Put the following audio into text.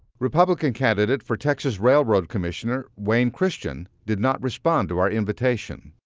republican candidate for texas railroad commissioner, wayne christian, did not respond to our invitation.